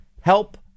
help